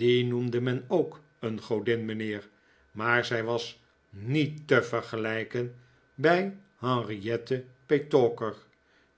die noemde men ook een godin mijnheer maar zij was niet te vergelijken bij henriette petowker